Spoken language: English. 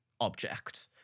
object